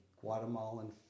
Guatemalan